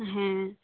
হ্যাঁ